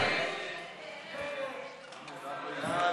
עמר בר-לב,